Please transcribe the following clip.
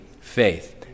faith